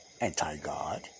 anti-God